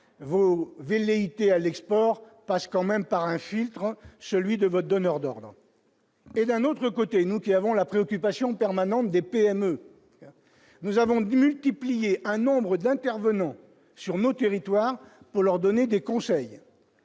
vous velléités à l'export passe quand même par infiltrant celui de votre donneur d'ordre et d'un autre côté, nous qui avons la préoccupation permanente des PME nous avons démultiplier un nombre d'intervenants sur nos territoires, pour leur donner des conseils,